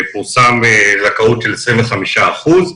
פורסם זכאות של 25 אחוזים,